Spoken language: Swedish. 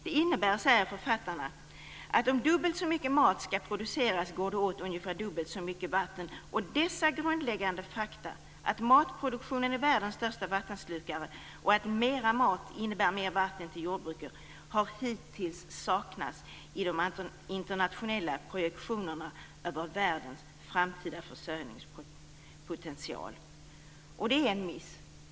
Det innebär, säger författarna, att om dubbelt så mycket mat skall produceras går det åt ungefär dubbelt så mycket vatten. Dessa grundläggande fakta, att matproduktionen är världens största vattenslukare och att mera mat innebär mera vatten till jordbruket, har hittills saknats i de internationella projektionerna över världens framtida försörjningspotential, och det är en miss.